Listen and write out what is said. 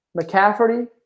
McCafferty